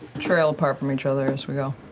trail apart from each other as we go.